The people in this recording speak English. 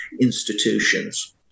institutions